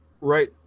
right